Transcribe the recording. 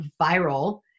viral